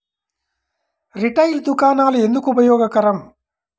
Retail దుకాణాలు ఎందుకు ఉపయోగకరం?